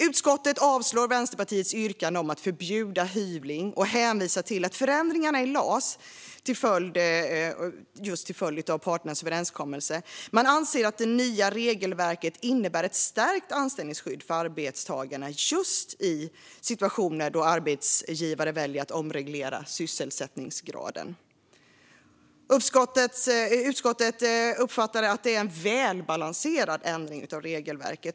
Utskottet avstyrker Vänsterpartiets yrkande om att förbjuda hyvling och hänvisar till förändringarna i LAS till följd av parternas överenskommelse. Man anser att "det nya regelverket innebär ett stärkt anställningsskydd för arbetstagarna just i situationer då en arbetsgivare väljer att omreglera sysselsättningsgraden". Utskottet uppfattar att det är en "välbalanserad ändring av regelverket".